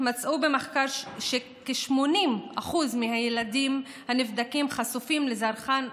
במחקר מצאו שכ-80% מהילדים הנבדקים חשופים לזרחן אורגני,